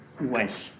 West